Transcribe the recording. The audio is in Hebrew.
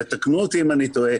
ותקנו אותי אם אני טועה,